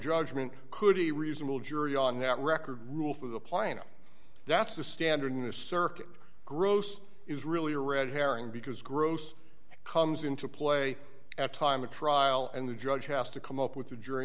be reasonable jury on that record rule for the plaintiff that's the standard in the circuit gross is really a red herring because gross comes into play at a time of trial and the judge has to come up with a jury